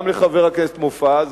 גם לחבר הכנסת מופז,